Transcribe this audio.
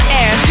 air